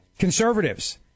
conservatives